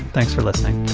thanks for listening